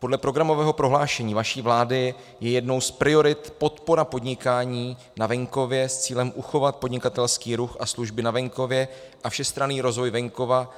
Podle programového prohlášení vaší vlády je jednou z priorit podpora podnikání na venkově s cílem uchovat podnikatelský ruch a služby na venkově a všestranný rozvoj venkova